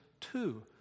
two